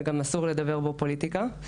וגם אסור לדבר בו פוליטיקה.